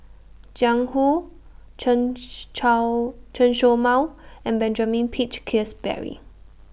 Jiang Hu Chen Chen Show Mao and Benjamin Peach Keasberry